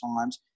times